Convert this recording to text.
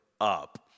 up